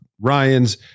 Ryan's